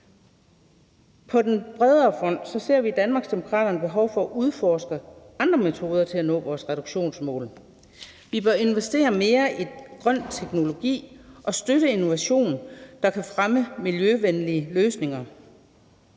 På den bredere front ser vi i Danmarksdemokraterne et behov for at udforske andre metoder til at nå vores reduktionsmål. Vi bør investere mere i grøn teknologi og støtte innovation, der kan fremme miljøvenlige løsninger.